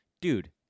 Dude